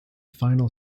final